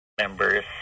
members